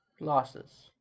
losses